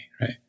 right